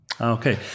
Okay